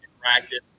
practice